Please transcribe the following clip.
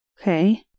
okay